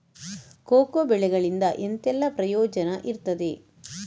Cocoa ಬೆಳೆಗಳಿಂದ ಎಂತೆಲ್ಲ ಪ್ರಯೋಜನ ಇರ್ತದೆ?